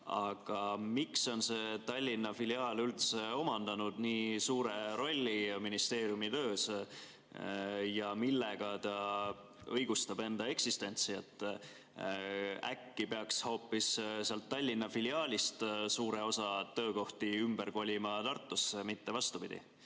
Aga miks on see Tallinna filiaal üldse omandanud nii suure rolli ministeeriumi töös? Ja millega ta õigustab enda eksistentsi? Äkki peaks hoopis sealt Tallinna filiaalist suure osa töökohti ümber kolima Tartusse, mitte vastupidi?